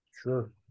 Sure